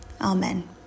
Amen